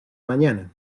mañana